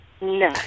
No